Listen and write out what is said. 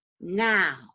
now